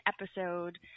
episode